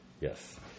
Yes